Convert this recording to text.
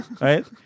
right